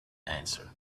answer